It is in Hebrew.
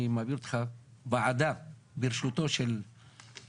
אני מעביר אותך ועדה ברשותו של חבר